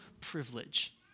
privilege